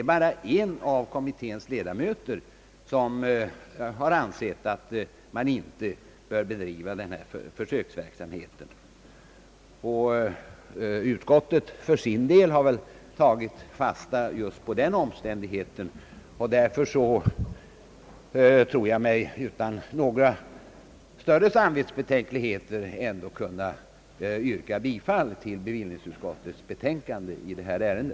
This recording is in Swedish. Endast en enda av kommittens ledamöter har ansett att man inte bör bedriva denna försöksverksamhet. Utskottet för sin del har tagit fasta just på den omständigheten. Därför tror jag mig utan några större samvetsbetänkligheter ändå kunna yrka bifall till bevillningsutskottets betänkande i detta ärende.